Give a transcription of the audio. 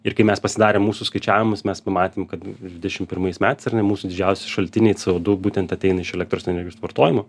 ir kai mes pasidarėm mūsų skaičiavimus mes pamatėm kad dvidešimt pirmais metais ar ne mūsų didžiausi šaltiniai co du būtent ateina iš elektros energijos vartojimo